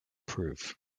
proof